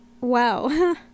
Wow